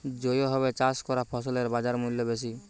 জৈবভাবে চাষ করা ফসলের বাজারমূল্য বেশি